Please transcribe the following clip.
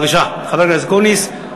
בבקשה, סגן השר אקוניס.